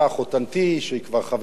שהיא חברה של עמוס כבר 50 שנה,